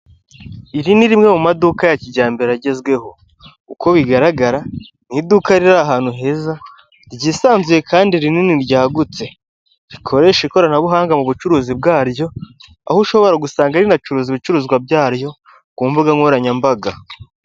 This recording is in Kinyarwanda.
Iri ni rimwe mu maduka ya kijyambere agezweho, uko bigaragara ni iduka riri ahantu heza, ryisanzuye kandi rinini ryagutse, rikoresha ikoranabuhanga mu bucuruzi bwaryo, aho ushobora gusanga rinacuruza ibicuruzwa byaryo ku mbuga nkoranyambaga.